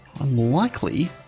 Unlikely